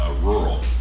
rural